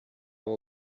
all